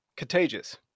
Contagious